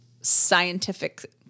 scientific